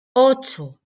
ocho